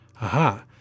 Aha